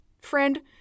friend